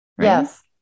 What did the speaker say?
Yes